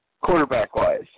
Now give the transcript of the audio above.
quarterback-wise